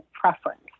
preference